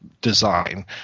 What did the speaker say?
design